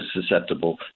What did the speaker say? susceptible